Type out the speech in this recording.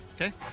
Okay